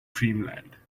dreamland